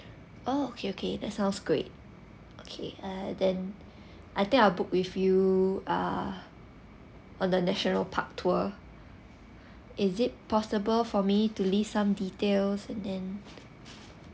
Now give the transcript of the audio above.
oh okay okay that sounds great okay uh then I think I'll book with you uh on the national park tour is it possible for me to leave some details and then